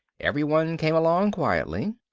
everyone came along quietly.